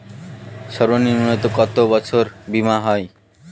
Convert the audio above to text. সর্বনিম্ন কত বছরের বীমার হয়?